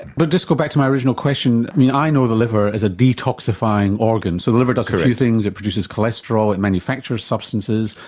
but just to go back to my original question, i mean i know the liver as a detoxifying organ, so the liver does a few things it produces cholesterol, it manufactures substances,